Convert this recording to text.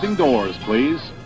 and doors, please